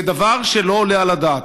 זה דבר שלא עולה על הדעת.